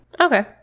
okay